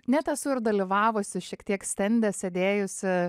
net esu ir dalyvavusi šiek tiek stende sėdėjusi